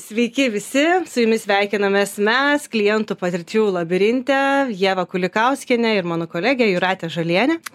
sveiki visi su jumis sveikinamės mes klientų patirčių labirinte ieva kulikauskienė ir mano kolegė jūratė žalienė